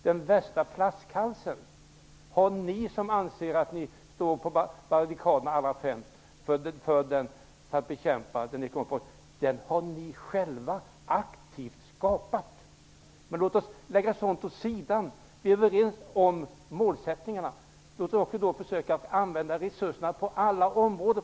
Den värsta flaskhalsen har ni som anser att ni står allra främst på barrikaderna för att bekämpa den ekonomiska brottsligheten själva aktivt skapat. Men låt oss lägga sådant åt sidan. Vi är överens om målsättningarna. Låt oss också då på bästa sätt försöka att använda resurserna på alla områden.